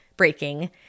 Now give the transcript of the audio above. breaking